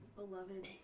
beloved